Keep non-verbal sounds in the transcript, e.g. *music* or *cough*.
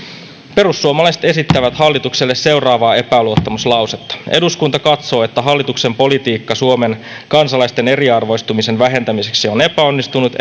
perussuomalaiset esittävät hallitukselle seuraavaa epäluottamuslausetta eduskunta katsoo että hallituksen politiikka suomen kansalaisten eriarvoistumisen vähentämiseksi on epäonnistunut *unintelligible*